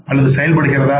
அல்லது செயல்படுகிறதா